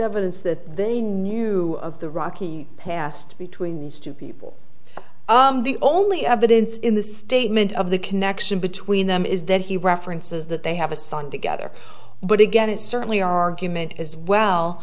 evidence that they knew of the rocky past between these two people the only evidence in the statement of the connection between them is that he references that they have a son together but again it certainly argument as well